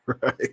right